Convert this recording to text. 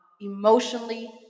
emotionally